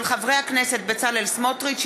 של חברי הכנסת בצלאל סמוטריץ,